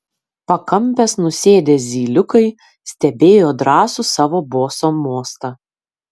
pakampes nusėdę zyliukai stebėjo drąsų savo boso mostą